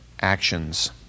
actions